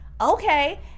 okay